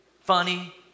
funny